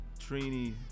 Trini